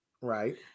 Right